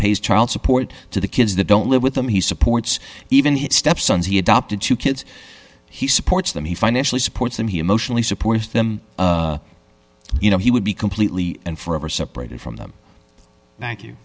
pays child support to the kids that don't live with them he supports even his step sons he adopted two kids he supports them he financially supports them he emotionally supports them you know he would be completely and forever separated from them thank you